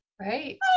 Right